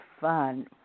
fun